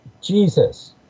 Jesus